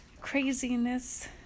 craziness